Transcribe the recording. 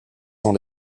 dans